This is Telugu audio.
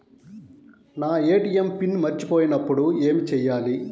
నా ఏ.టీ.ఎం పిన్ మర్చిపోయినప్పుడు ఏమి చేయాలి?